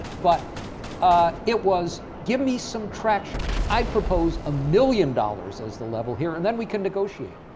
but it was, give me some traction. i'd propose a million dollars as the level here, and then we can negotiate.